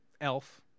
elf